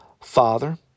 Father